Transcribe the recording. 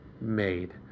made